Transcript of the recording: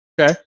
Okay